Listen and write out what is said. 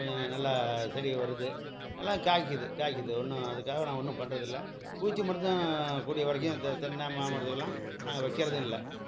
கொஞ்சம் நல்லா செடி வருது நல்லா காய்க்குது காய்க்குது ஒன்றும் அதுக்காக நாங்கள் ஒன்றும் பண்ணுறதில்ல பூச்சி மருந்தும் கூடிய வரைக்கும் தெ தென்னை மாமரத்துக்குலாம் நாங்கள் வைக்கிறதும் இல்லை